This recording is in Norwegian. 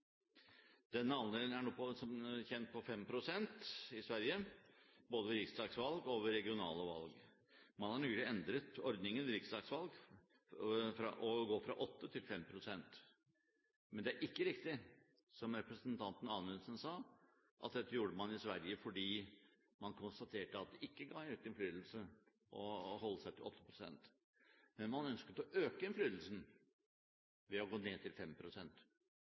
Denne andelen er nå som kjent på 5 pst. i Sverige, både ved riksdagsvalg og ved regionale valg. Man har nylig endret ordningen ved riksdagsvalg, ved å gå fra 8 til 5 pst. Men det er ikke riktig, som representanten Anundsen sa, at dette gjorde man i Sverige fordi man konstaterte at det ikke ga økt innflytelse å holde seg til 8 pst. Man ønsket å øke innflytelsen ved å gå ned til